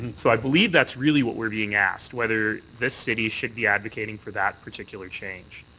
so i believe that's really what we're being asked, whether this city should be advocating for that particular change.